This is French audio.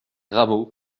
rabault